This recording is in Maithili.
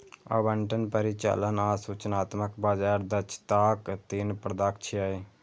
आवंटन, परिचालन आ सूचनात्मक बाजार दक्षताक तीन प्रकार छियै